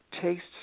tastes